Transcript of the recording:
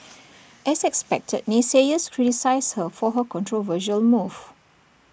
as expected naysayers criticised her for her controversial move